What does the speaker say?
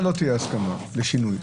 הישיבה ננעלה בשעה 15:00.